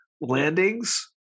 Landings